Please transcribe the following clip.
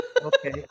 Okay